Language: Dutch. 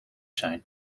zijn